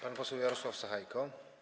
Pan poseł Jarosław Sachajko.